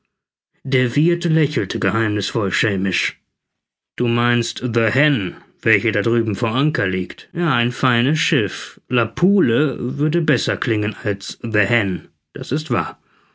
der wirth lächelte geheimnißvoll schelmisch du meinst the hen welche da drüben vor anker liegt ja ein feines schiff la poule würde besser klingen als the hen das ist wahr